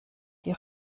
die